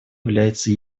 является